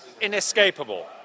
inescapable